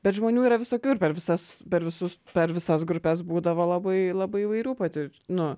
bet žmonių yra visokių ir per visas per visus per visas grupes būdavo labai labai įvairių patirč nu